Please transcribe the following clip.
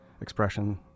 expression